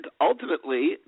ultimately